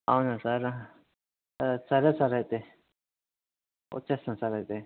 అవునా సార్ సరే సార్ అయితే వచ్చేస్తాను సార్ అయితే